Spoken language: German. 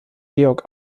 georg